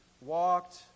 walked